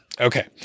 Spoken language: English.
Okay